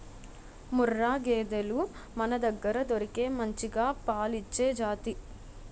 ముర్రా గేదెలు మనదగ్గర దొరికే మంచిగా పాలిచ్చే జాతి